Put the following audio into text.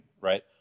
right